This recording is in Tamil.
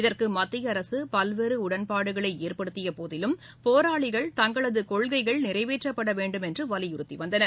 இதற்கு மத்திய அரசு பல்வேறு உடன்பாடுகளை ஏற்படுத்தியபோதிலும் போராளிகள் தங்களது கொள்கைகள் நிறைவேற்றப்பட வேண்டும் என்று வலியுறுத்தி வந்தனர்